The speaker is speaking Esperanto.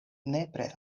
nepre